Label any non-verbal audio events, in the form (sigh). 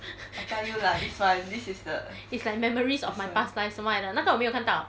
(breath) it's like memories of my past life 什么来的那个我没有看到